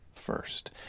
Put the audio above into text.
first